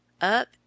UP